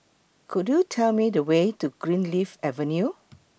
Could YOU Tell Me The Way to Greenleaf Avenue